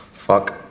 Fuck